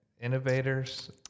innovators